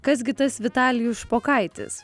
kas gi tas vitalijus špokaitis